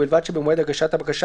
ובלבד שבמועד הגשת הבקשה